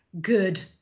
good